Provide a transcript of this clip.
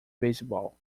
beisebol